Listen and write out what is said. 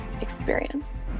experience